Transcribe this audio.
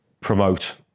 promote